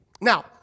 Now